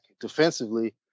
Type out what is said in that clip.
defensively